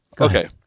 Okay